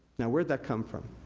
now, where'd that come from?